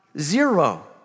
zero